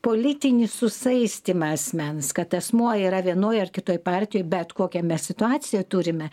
politinį susaistymą asmens kad asmuo yra vienoj ar kitoj partijoj bet kokią mes situaciją turime